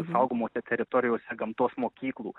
saugomose teritorijose gamtos mokyklų